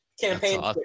campaign